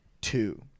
two